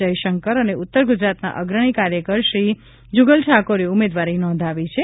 જયશંકર અને ઉત્તર ગુજરાતના અગ્રણી કાર્યકર શ્રી જુગલ ડાકોરે ઉમેદવારી નોંધાવી છે